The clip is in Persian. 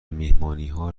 مهمانیها